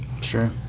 sure